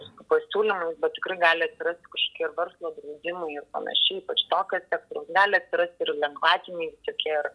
su pasiūlymais bet tikrai gali atsirasti kažkokie verslo grindimai ir panašiai ypač tokio sektoriaus gali atsirasti ir lengvatiniai tokie ir